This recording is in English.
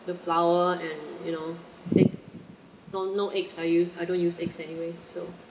the flour and you know egg no no eggs I use I don't use eggs anyway so